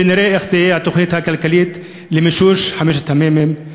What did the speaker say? ונראה איך תהיה התוכנית הכלכלית למימוש חמשת המ"מים,